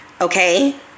okay